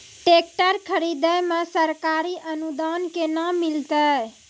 Tractor खरीदै मे सरकारी अनुदान केना मिलतै?